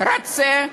רוצה,